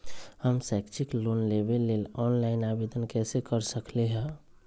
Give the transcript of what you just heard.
हम शैक्षिक लोन लेबे लेल ऑनलाइन आवेदन कैसे कर सकली ह?